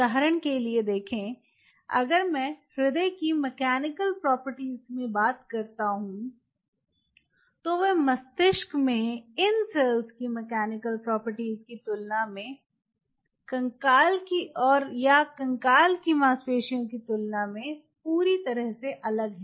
उदाहरण के लिए देखें अगर मैं हृदय की मैकेनिकल प्रॉपर्टीज के बारे में बात करता हूं तो वे मस्तिष्क में इन सेल्स की मैकेनिकल प्रॉपर्टीज की तुलना में कंकाल की मांसपेशी से पूरी तरह से अलग हैं